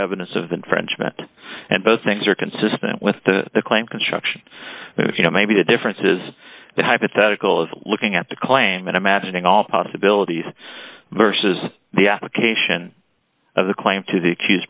evidence of infringement and both things are consistent with the claim construction if you know maybe the difference is the hypothetical of looking at the claim and imagining all possibilities versus the application of the claim to the accused